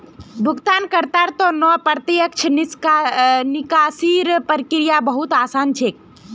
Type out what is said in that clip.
भुगतानकर्तार त न प्रत्यक्ष निकासीर प्रक्रिया बहु त आसान छेक